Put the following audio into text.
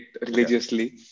religiously